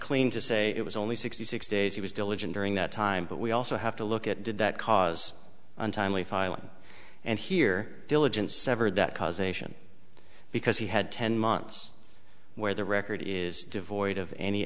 clean to say it was only sixty six days he was diligent during that time but we also have to look at did that cause untimely filing and here diligence severed that causation because he had ten months where the record is devoid of any